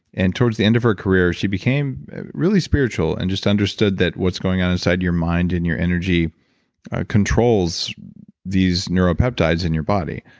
and towards the end of her career, she became really spiritual and just understood that what's going on inside your mind and your energy controls these neuropeptides in your body.